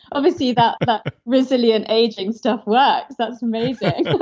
obviously that that resilient aging stuff works. that's amazing